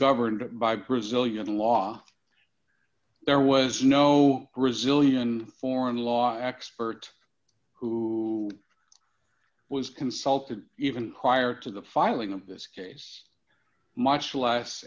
governed by brazilian law there was no resilient foreign law expert who was consulted even prior to the filing of this case much less